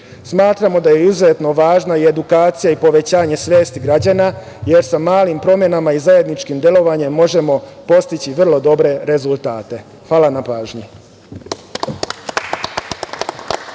Smatramo da je izuzetno važna i edukacija i povećanje svesti građana, jer sa malim promenama i zajedničkim delovanjem možemo postići vrlo dobre rezultate. Hvala na pažnji.